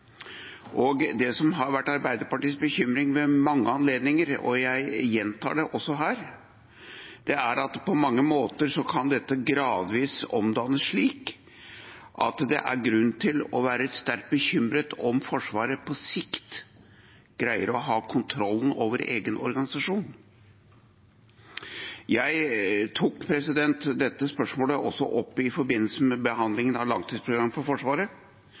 og virksomheter. Det som har vært Arbeiderpartiets bekymring ved mange anledninger, og jeg gjentar det også her, er at på mange måter kan dette gradvis omdannes slik at det er grunn til å være sterkt bekymret for om Forsvaret på sikt greier å ha kontrollen over egen organisasjon. Jeg tok også opp dette spørsmålet i forbindelse med behandlingen av langtidsprogrammet for Forsvaret,